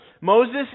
Moses